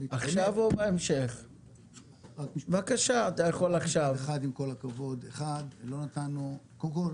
רק משפט אחד, עם כל הכבוד, קודם כל